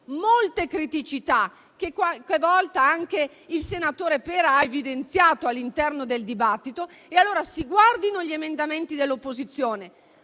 molte criticità, che qualche volta anche il senatore Pera ha evidenziato all'interno del dibattito. Si guardino allora gli emendamenti dell'opposizione.